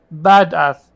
badass